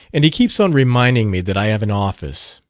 and he keeps on reminding me that i have an office.